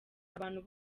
abantu